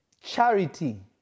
Charity